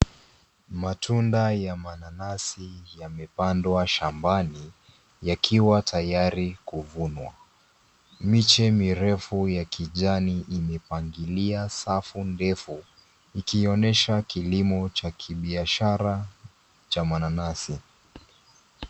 Matunda ya mananasi, yamepandwa shambani, yakiwa tayari kuvunwa, miche mirefu ya kijani imepangilia safu ndefu, ikionyesha kilimo cha kibiashara, cha mananasi.